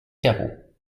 carreaux